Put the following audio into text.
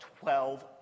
twelve